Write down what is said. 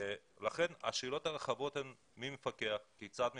השאלות הרחבות הן מי מפקח וכיצד מפקחים.